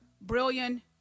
Brilliant